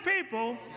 people